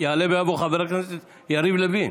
יעלה ויבוא חבר הכנסת יריב לוין.